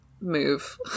move